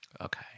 Okay